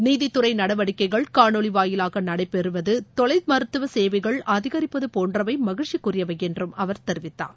நீதித்துறை நடவடிக்கைகள் காணொலி வாயிலாக நடடபெறுவது தொலைமருத்துவ சேவைகள் அதிகித்திருப்பது போன்றவை மகிழ்ச்சிக்குரியவை என்றும் அவர் தெரிவித்தார்